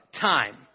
time